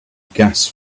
gas